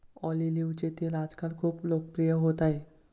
ऑलिव्हचे तेल आजकाल खूप लोकप्रिय होत आहे